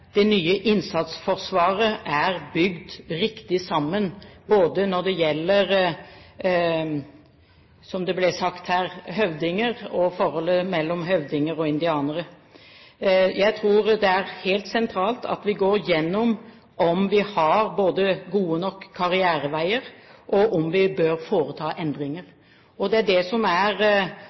det nye innsatsforsvaret er bygd riktig sammen både når det gjelder – som det ble sagt her – antall høvdinger og forholdet mellom høvdinger og indianere. Jeg tror det er helt sentralt at vi går gjennom om vi har gode nok karriereveier, og om vi bør foreta endringer. Det er det som er